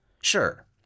Sure